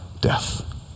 death